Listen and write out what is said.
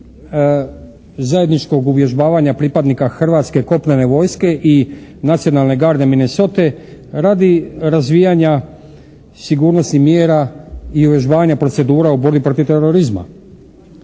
zajedničkog uvježbavanja pripadnika Hrvatske kopnene vojske i Nacionalne garde Minnesote radi razvijanja sigurnosnih mjera i uvježbavanja procedura u borbi protiv terorizma.